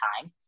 time